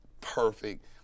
perfect